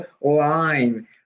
line